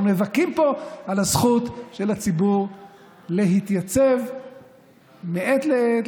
אנחנו נאבקים פה על הזכות של הציבור להתייצב מעת לעת,